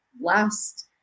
last